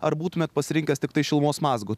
ar būtumėt pasirinkęs tiktai šilumos mazgo